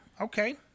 Okay